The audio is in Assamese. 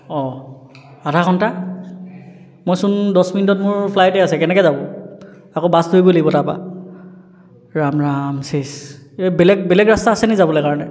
অঁ আধা ঘণ্টা মই চোন দহ মিনিটত মোৰ ফ্লাইটে আছে কেনেকৈ যাব আকৌ বাছ ধৰিব লাগিব তাৰ পৰা ৰাম ৰাম চেচ এই বেলেগ বেলেগ ৰাস্তা আছে নি যাবলৈ কাৰণে